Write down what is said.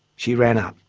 she ran up.